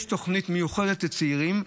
יש תוכנית מיוחדת לצעירים.